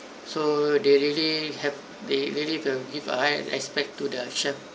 so they really have they really will give err high respect to the chef